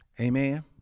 Amen